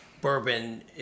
bourbon